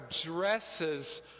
addresses